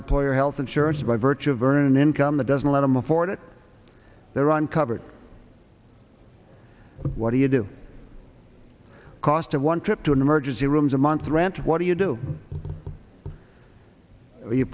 employer health insurance by virtue of earning an income that doesn't let them afford it there on coverage what do you do a cost of one trip to an emergency rooms a month rent what do you do you